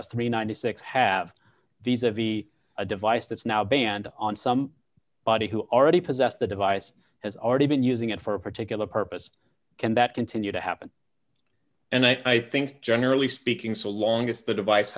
and ninety six have these of the a device that's now banned on some body who already possess the device has already been using it for a particular purpose can that continue to happen and i think generally speaking so long as the device